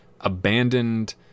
abandoned